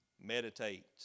meditate